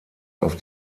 auf